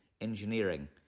engineering